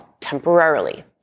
temporarily